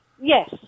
yes